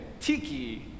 Tiki